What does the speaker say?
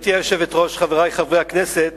גברתי היושבת-ראש, חברי חברי הכנסת,